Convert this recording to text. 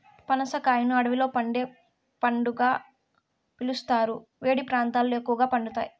పనస కాయను అడవిలో పండే పండుగా పిలుస్తారు, వేడి ప్రాంతాలలో ఎక్కువగా పండుతాయి